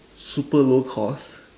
super low cost